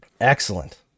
Excellent